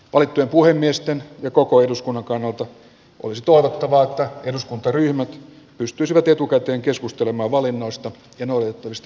valittujen puhemiesten ja koko eduskunnan kannalta olisi toivottavaa että eduskuntaryhmät pystyisivät etukäteen keskustelemaan valinnoista ja noudatettavista menettelytavoista